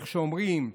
איך אומרים,